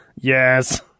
Yes